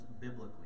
biblically